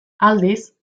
aldiz